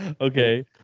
okay